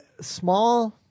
small